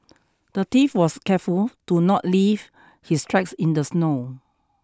the thief was careful to not leave his tracks in the snow